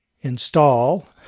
install